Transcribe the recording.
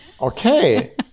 Okay